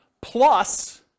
plus